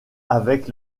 avec